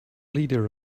leader